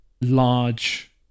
large